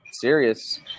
serious